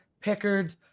Pickard